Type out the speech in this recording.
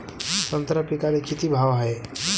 संत्रा पिकाले किती भाव हाये?